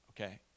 okay